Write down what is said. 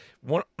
one